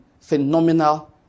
phenomenal